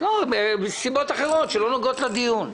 בשל סיבות אחרות שלא נוגעות לדיון.